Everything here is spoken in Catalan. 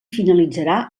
finalitzarà